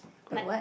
but what